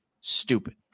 stupid